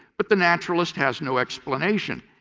but the naturalist has no explanation.